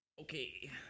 Okay